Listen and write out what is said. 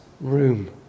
room